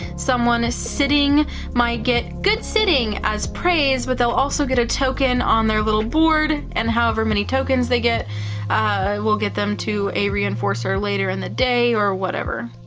someone sitting might get good sitting as praise, but they'll also get a token on their little board and however many tokens they get will get them to a reinforcer later in the day or whatever.